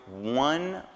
one